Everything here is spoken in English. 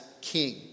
king